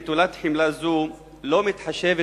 נטולת חמלה זו לא מתחשבת,